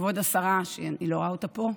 כבוד השרה, שאני לא ראה אותה פה,